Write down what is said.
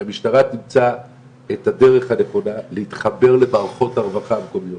שהמשטרה תמצא את הדרך הנכונה להתחבר למערכות הרווחה המקומיות,